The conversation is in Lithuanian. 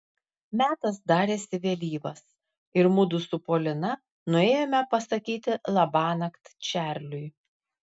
metas darėsi vėlyvas ir mudu su polina nuėjome pasakyti labanakt čarliui